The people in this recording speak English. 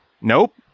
Nope